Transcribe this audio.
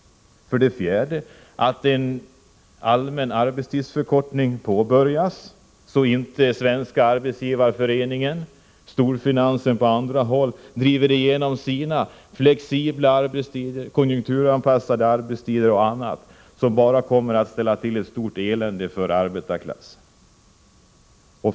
4. Den allmänna arbetstidsförkortningen måste påbörjas, så att inte Svenska arbetsgivareföreningen och storfinansen på andra håll driver igenom sina flexibla arbetstider, konjunkturanpassade arbetstider och annat, som bara kommer att ställa till stort elände för arbetarklassen.